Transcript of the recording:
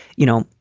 you know,